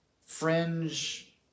fringe